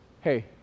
Hey